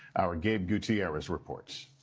our gabe gutierrez reports.